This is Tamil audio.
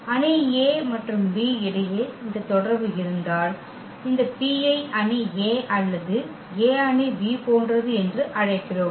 அணி A மற்றும் B இடையே இந்த தொடர்பு இருந்தால் இந்த P ஐ அணி A அல்லது A அணி B போன்றது என்று அழைக்கிறோம்